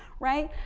right.